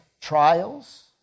trials